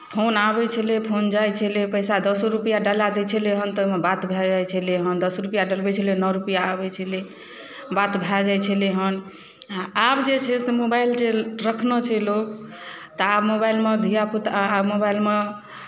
phone आबै छलै phone जाइ छलै पैसा दसो रुपैआ डला दै छलै हन तऽ ओहिमे बात भऽ जाइ छलै हन दस रुपैआ डलबै छलै नओ रुपैआ अबै छलै बात भऽ जाइ छलै हन आ आब जे छै मोबाइल जे रखने छै लोक तऽ आब मोबाइलमे धियापुता आब मोबाइलमे